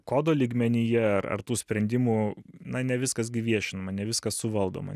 kodo lygmenyje ar ar tų sprendimų na ne viskas gi viešinama ne viskas suvaldoma